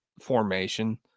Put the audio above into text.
formation